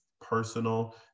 personal